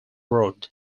road